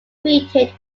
created